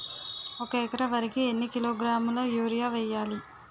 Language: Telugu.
ఒక ఎకర వరి కు ఎన్ని కిలోగ్రాముల యూరియా వెయ్యాలి?